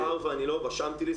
רשמתי לי.